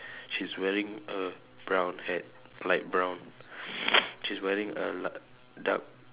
she's wearing a brown hat light brown she's wearing a la~ dark